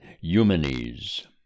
Eumenes